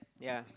ya